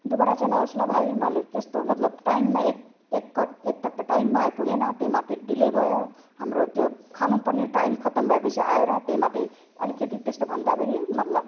दुबारा चाहिँ नहोस् ल भाइ मलाई त्यस्तो मतलब टाइममा एक एक कट एक त टाइममा आइपुगेन त्यहीमाथि डिले भयो हाम्रो त्यो खानु पर्ने टाइम खतम भएपछि आएर त्यहीमाथि अलिकति त्यस्तो भन्दाखेरि मतलब